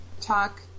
talk